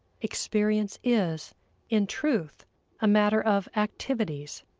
experience is in truth a matter of activities,